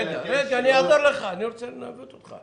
רגע, אני אעזור לך, אני רוצה לנווט אותך.